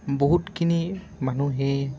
বহুতখিনি মানুহেই